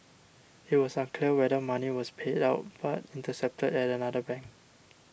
it was unclear whether money was paid out but intercepted at another bank